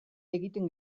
egiten